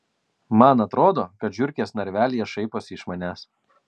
man atrodo kad žiurkės narvelyje šaiposi iš manęs